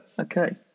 okay